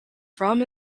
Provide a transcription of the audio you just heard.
from